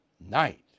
night